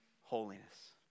holiness